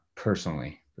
personally